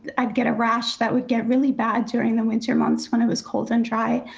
i'd get a rash that would get really bad during the winter months when it was cold and dry.